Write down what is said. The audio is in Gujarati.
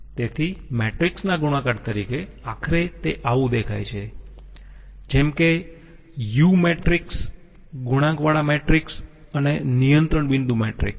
તેથી મેટ્રિક્સ ના ગુણાકાર તરીકે આખરે તે આવું દેખાય છે જેમ કે U મેટ્રિક્સ ગુણાંકવાળા મેટ્રિક્સ અને નિયંત્રણ બિંદુ મેટ્રિક્સ